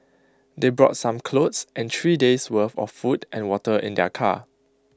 they brought some clothes and three days' worth of food and water in their car